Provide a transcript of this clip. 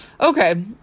Okay